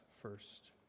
first